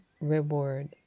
reward